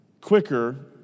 quicker